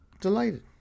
delighted